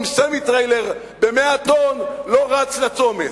סמיטריילר של 100 טונות לא רץ לצומת,